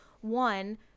One